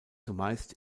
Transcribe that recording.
zumeist